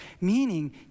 Meaning